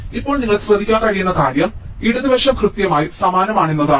ഇപ്പോൾ നിങ്ങൾ ശ്രദ്ധിക്കാൻ കഴിയുന്ന കാര്യം ഇടതുവശം കൃത്യമായി സമാനമാണ് എന്നതാണ്